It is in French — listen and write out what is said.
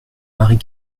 marie